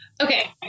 Okay